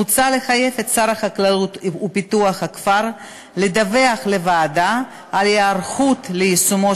מוצע לחייב את שר החקלאות ופיתוח הכפר לדווח לוועדה על היערכות ליישומו